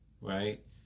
right